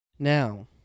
Now